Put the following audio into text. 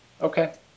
Okay